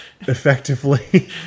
effectively